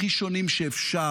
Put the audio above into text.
הכי שונים שאפשר?